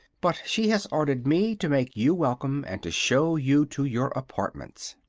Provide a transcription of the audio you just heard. but she has ordered me to make you welcome and to show you to your apartments.